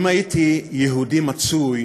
אם הייתי יהודי מצוי